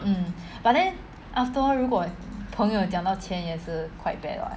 mm but then after all 如果朋友讲到钱也是 quite bad [what]